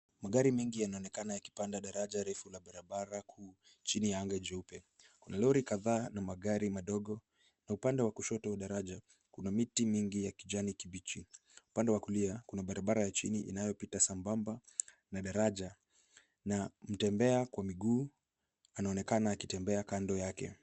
Magari mengi yanaonekana yakipanda daraja refu la barabara kuu chini ya anga jeupe. Kuna lori kadhaa na magari madogo na upande wa kushoto wa daraja, kuna miti mingi ya kijani kibichi. Upande wa kulia, kuna barabara ya chini inayopita sambamba na daraja na mtembea kwa miguu anaonekana akitembea kando yake.